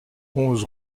onze